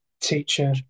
teacher